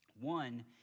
One